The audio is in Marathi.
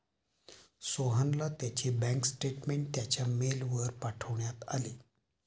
सोहनला त्याचे बँक स्टेटमेंट त्याच्या मेलवर पाठवण्यात आले